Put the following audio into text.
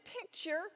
picture